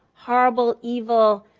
horrible, evil,